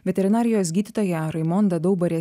veterinarijos gydytoja raimonda daubarė